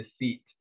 deceit